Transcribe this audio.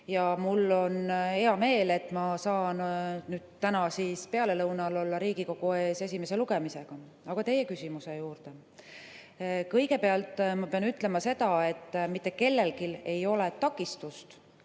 Mul on hea meel, et ma saan nüüd täna pealelõunal olla Riigikogu ees esimese lugemisega. Aga teie küsimuse juurde. Kõigepealt ma pean ütlema seda, et mitte kellelgi ei ole takistust,